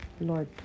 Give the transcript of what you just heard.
Lord